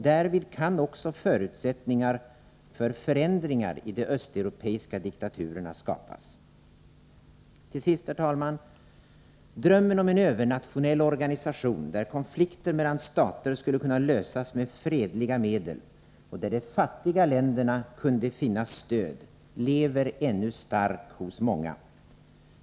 Därvid kan också förutsättningar för förändringar i de östeuropeiska diktaturerna skapas. Herr talman! Drömmen om en övernationell organisation, där konflikter mellan stater skulle kunna lösas med fredliga medel och där de fattiga länderna kunde finna stöd, lever ännu stark hos många.